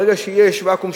ברגע שיש ואקום,